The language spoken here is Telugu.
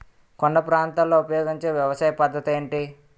కొండ ప్రాంతాల్లో ఉపయోగించే వ్యవసాయ పద్ధతి ఏంటి?